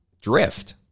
drift